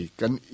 kan